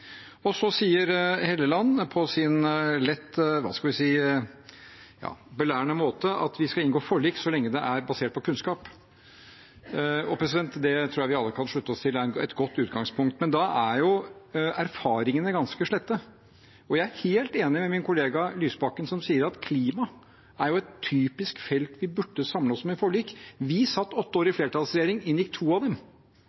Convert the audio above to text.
tydelig. Så sier representanten Helleland på sin – hva skal vi si – lett belærende måte at vi skal inngå forlik så lenge det er basert på kunnskap. Det tror jeg vi alle kan slutte oss til er et godt utgangspunkt, men da er jo erfaringene ganske slette. Jeg er helt enig med min kollega Lysbakken, som sier at klima er et typisk felt vi burde samle oss om i forlik. Vi satt åtte år i